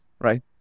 right